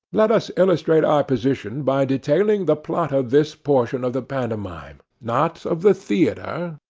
let us illustrate our position by detailing the plot of this portion of the pantomime not of the theatre,